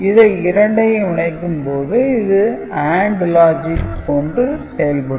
இதை இரண்டையும் இணைக்கும்போது இது AND லாஜிக் போன்று செயல்படும்